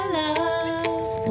love